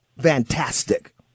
Fantastic